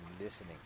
listening